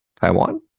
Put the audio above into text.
Taiwan